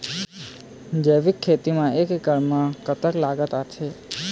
जैविक खेती म एक एकड़ म कतक लागत आथे?